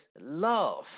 love